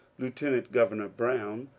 lieutenant-govemor brown,